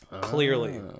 clearly